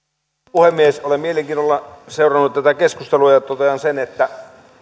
puhemies olen mielenkiinnolla seurannut tätä keskustelua ja totean sen että